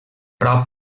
prop